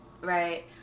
Right